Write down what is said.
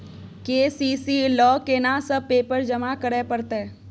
KCC ल केना सब पेपर जमा करै परतै?